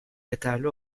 yeterli